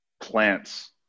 plants